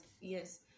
yes